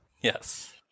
Yes